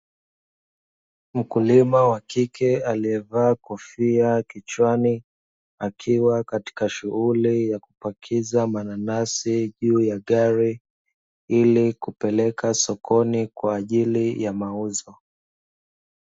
Mkulima wa kike aliyevaa kofia kichwani, akiwa katika shughuli ya kupakiza mananasi juu ya gari, ili kupeleka sokoni kwa ajili ya mauzo.